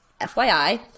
FYI